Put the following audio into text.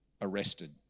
arrested